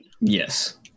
Yes